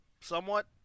Somewhat